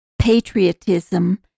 patriotism